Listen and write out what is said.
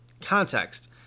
context